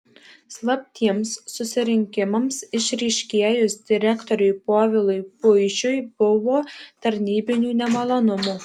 slaptiems susirinkimams išryškėjus direktoriui povilui puišiui buvo tarnybinių nemalonumų